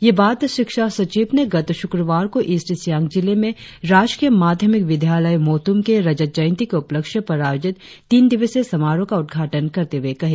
ये बात शिक्षा सचिव ने गत शुक्रवार को ईस्ट सियांग जिले में राजकीय माध्यमिक विद्यालय मोतुम के रजत जंयती के उपलक्ष्य पर आयोजित तीन दिवसीय समारोह का उद्घाटन करते हुए कही